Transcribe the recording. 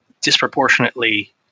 disproportionately